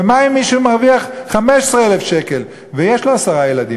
ומה עם מי שמרוויח 15,000 שקל ויש לו עשרה ילדים,